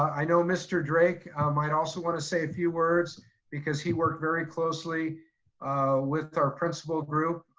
i know mr. drake might also want to say a few words because he worked very closely with our principal group.